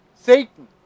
Satan